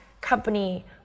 company